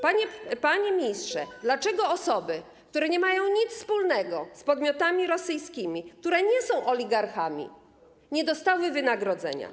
Panie ministrze, dlaczego osoby, które nie mają nic wspólnego z podmiotami rosyjskimi, które nie są oligarchami, nie dostały wynagrodzenia?